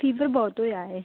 fever ਬਹੁਤ ਹੋਇਆ ਹੈ